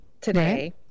today